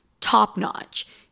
top-notch